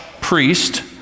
priest